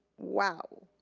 wow.